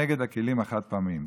נגד הכלים החד-פעמיים.